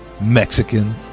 Mexican